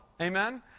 Amen